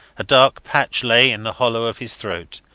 a dark patch lay in the hollow of his throat,